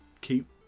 keep